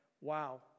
wow